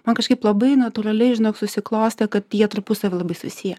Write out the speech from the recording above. man kažkaip labai natūraliai žinok susiklostė kad jie tarpusavy labai susiję